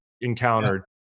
encountered